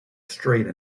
straight